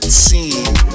scene